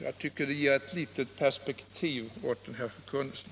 Jag tycker det ger perspektiv åt den här förkunnelsen.